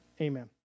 amen